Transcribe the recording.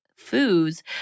foods